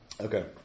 Okay